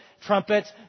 trumpets